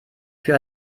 für